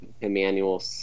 Emmanuel